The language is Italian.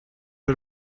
del